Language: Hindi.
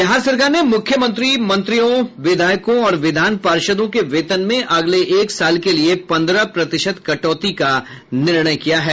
बिहार सरकार ने मुख्यमंत्री मंत्रियों विधायकों और विधान पार्षदों के वेतन में अगले एक साल के लिये पंद्रह प्रतिशत कटौती का निर्णय किया है